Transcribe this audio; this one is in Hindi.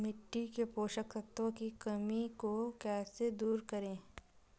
मिट्टी के पोषक तत्वों की कमी को कैसे दूर करें?